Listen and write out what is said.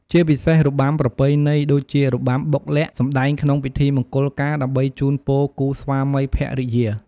ជាពិសេសរបាំប្រពៃណីដូចជារបាំបុកល័ក្ដ សម្ដែងក្នុងពិធីមង្គលការដើម្បីជូនពរគូស្វាមីភរិយា។